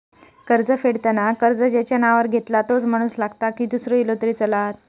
कर्ज फेडताना कर्ज ज्याच्या नावावर घेतला तोच माणूस लागता की दूसरो इलो तरी चलात?